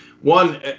One